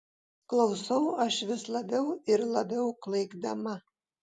klausau aš vis labiau ir labiau klaikdama